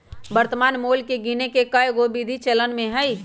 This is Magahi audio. वर्तमान मोल के गीने के कएगो विधि चलन में हइ